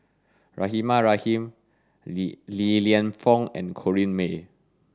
Rahimah Rahim Li Lienfung and Corrinne May